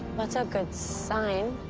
but good sign.